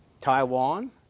Taiwan